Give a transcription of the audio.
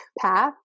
path